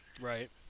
Right